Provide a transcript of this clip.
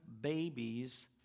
babies